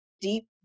deep